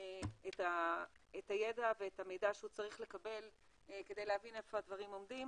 את הידע ואת המידע שהם צריכים לקבל כדי להבין איפה הדברים עומדים